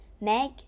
Meg